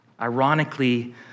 Ironically